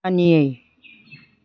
मानियै